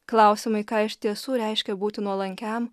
klausimai ką iš tiesų reiškia būti nuolankiam